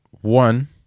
one